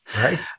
Right